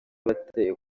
bateye